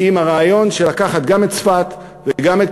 ועם הרעיון של לקחת גם את צפת וגם את